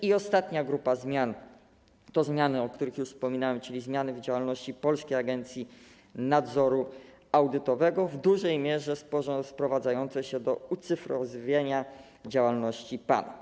I ostatnia grupa zmian to zmiany, o których już wspominałem, czyli zmiany w działalności Polskiej Agencji Nadzoru Audytowego w dużej mierze sprowadzające się do ucyfryzowienia działalności PANA.